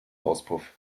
auspuff